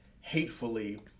hatefully